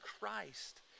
Christ